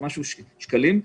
1,000 שקלים.